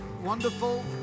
Wonderful